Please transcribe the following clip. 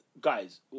guys